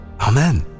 Amen